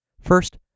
First